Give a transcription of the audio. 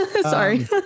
Sorry